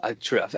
true